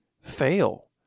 fail